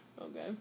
okay